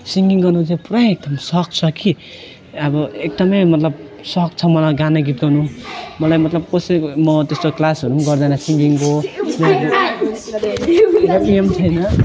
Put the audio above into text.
singing गर्नु चाहिँ पुरा एकदम सोख छ कि अब एकदमै मतलब सोख छ मलाई गाना गीत गाउनु मलाई मतलब कसैको म त्यस्तो क्लासहरू पनि गर्दिनँ सिङगिङको यहाँ पिएम छैन